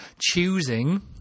choosing